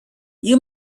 you